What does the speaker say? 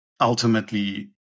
ultimately